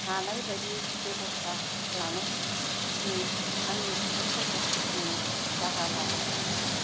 हानाय बायदि बेब'स्था लानाय नै आंनि बिफांफोरखौ फोथांनो राहा लागोन